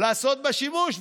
לעשות בה שימוש,